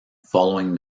following